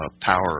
power